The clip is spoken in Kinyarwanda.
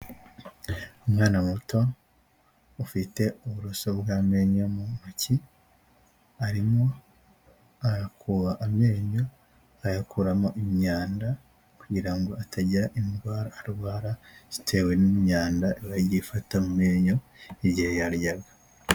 Umwana muto ufite uburoso bw'amenyo mu ntoki, arimo ayakuba amenyo ayakuramo imyanda kugira ngo atagira indwara arwara zitewe n'imyanda irayifata amenyo igihe yaryaga.